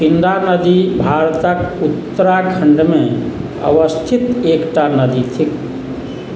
पिण्डा नदी भारतक उत्तराखण्डमे अवस्थित एकटा नदी थिक